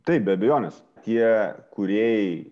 taip be abejonės tie kūrėjai